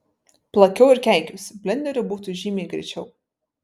plakiau ir keikiausi blenderiu būtų žymiai greičiau